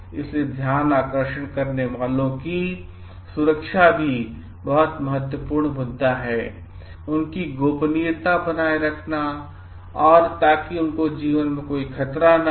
इसलिए ध्यानाकर्षण करने वाले की सुरक्षा भी बहुत महत्वपूर्ण मुद्दा है उनकी गोपनीयता बनाए रखना ताकि उनके जीवन को खतरा न हो